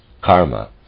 Karma